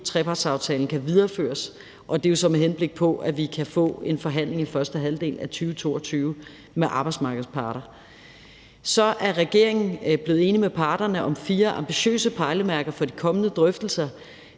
veu-trepartsaftalen kan videreføres, og det er jo så, med henblik på at vi kan få en forhandling i første halvdel af 2022 med arbejdsmarkedets parter. Så er regeringen blevet enig med parterne om fire ambitiøse pejlemærker for de kommende drøftelser.